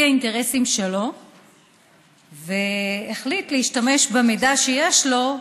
האינטרסים שלו והחליט להשתמש במידע שיש לו,